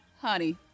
Honey